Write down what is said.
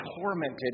tormented